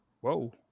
Whoa